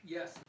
Yes